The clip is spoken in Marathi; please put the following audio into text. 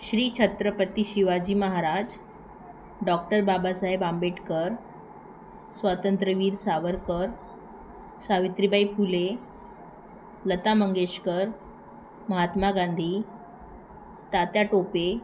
श्री छत्रपती शिवाजी महाराज डॉक्टर बाबासाहेब आंबेडकर स्वातंत्र्यवीर सावरकर सावित्रीबाई फुले लता मंगेशकर महात्मा गांधी तात्या टोपे